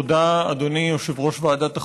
תודה, אדוני יושב-ראש ועדת החוקה,